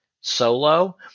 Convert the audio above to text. solo